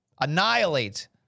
annihilate